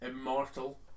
immortal